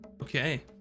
Okay